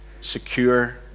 secure